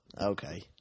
okay